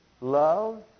love